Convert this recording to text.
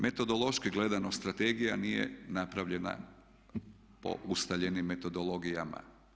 Metodološki gledano strategija nije napravljena po ustaljenim metodologijama.